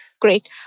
Great